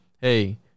hey